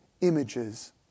images